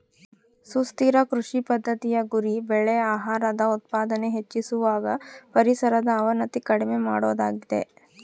ಸುಸ್ಥಿರ ಕೃಷಿ ಪದ್ದತಿಯ ಗುರಿ ಬೆಳೆ ಆಹಾರದ ಉತ್ಪಾದನೆ ಹೆಚ್ಚಿಸುವಾಗ ಪರಿಸರದ ಅವನತಿ ಕಡಿಮೆ ಮಾಡೋದಾಗಿದೆ